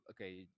Okay